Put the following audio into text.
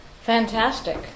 Fantastic